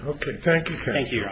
ok thank you thank you